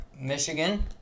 Michigan